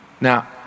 Now